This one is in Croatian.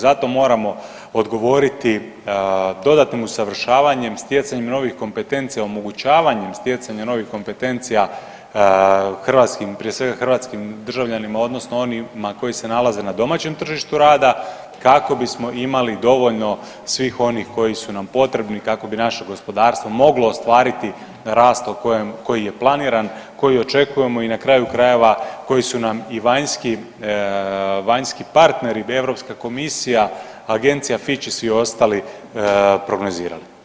Zato moramo odgovoriti dodatnim usavršavanjem, stjecanjem novih kompetencija, omogućavanjem stjecanja novih kompetencija hrvatskim, prije svega hrvatskih državljanima odnosno onima koji se nalaze na domaćem tržištu rada kako bismo imali dovoljno svih onih koji su nam potrebni kako bi naše gospodarstvo moglo ostvariti rast koji je planiran, koji očekujemo i na kraju krajeve koji su nam i vanjski, vanjski partneri Europska komisija, Agencija… [[Govornik se ne razumije]] i svi ostali prognozirali.